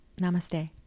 Namaste